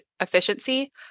efficiency